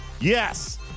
yes